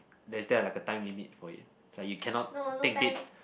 there is there like a time limit for it like you cannot take it